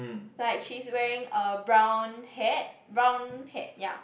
like she's wearing a brown hat brown hat ya